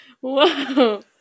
Whoa